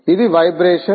ఇది వైబ్రేషన్